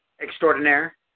extraordinaire